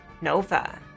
Nova